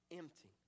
empty